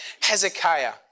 Hezekiah